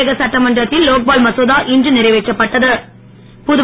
தமிழக சட்டமன்றத்தில் லோக்பால் மசோதா இன்று நிறைவேற்றப்பட்டது